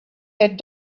had